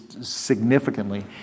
significantly